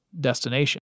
destination